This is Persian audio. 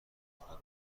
خود